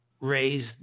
raise